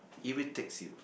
irritates you